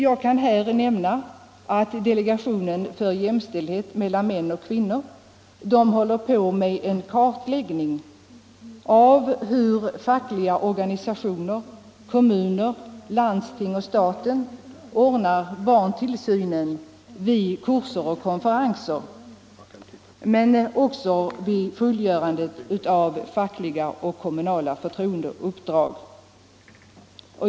Jag kan här nämna att delegationen för jämställdhet mellan män och kvinnor håller på med en kartläggning av hur de fackliga organisationerna, kommunerna, landstingen och staten ordnar barntillsynen för dem som deltar i kurser och konferenser men också för dem som fullgör fackliga och kommunala förtroendeuppdrag.